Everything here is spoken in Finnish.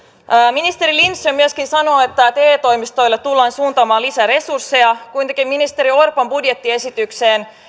ministeri lindström myöskin sanoo että te toimistoille tullaan suuntaamaan lisäresursseja kuitenkin ministeri orpon budjettiesityksessä